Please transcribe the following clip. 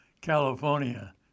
California